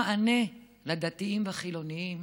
לתת מענה לדתיים ולחילונים,